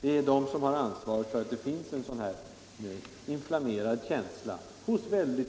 Det är dessa debattörer som har ansvaret för att det finns en inflammerad känsla hos